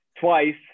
twice